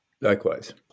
Likewise